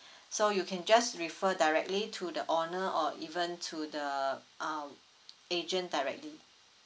so you can just refer directly to the owner or even to the um agent directly